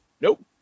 Nope